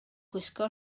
gwisgo